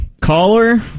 Caller